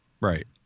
Right